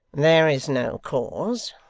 there is no cause.